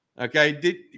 Okay